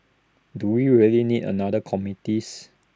do we really need another committees